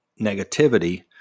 negativity